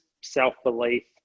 self-belief